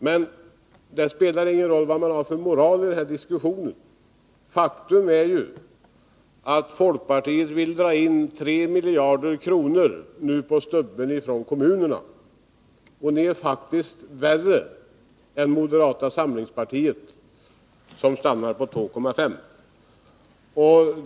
Men det spelar ingen roll vad man har för moral i den här diskussionen — faktum är ju att folkpartiet nu med detsamma vill dra in 3 miljarder kronor från kommunerna. Ni är där faktiskt värre än moderata samlingspartiet, som stannat för 2,5.